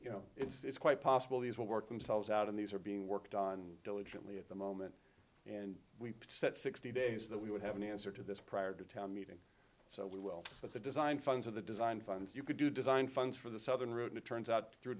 you know it's quite possible these will work themselves out and these are being worked on diligently at the moment and we set sixty days that we would have an answer to this prior to town meeting so we will get the design funds of the design funds you could do design funds for the southern route it turns out through